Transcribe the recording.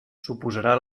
suposarà